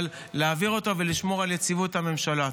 אבל להעביר אותו ולשמור על יציבות הממשלה.